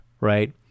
right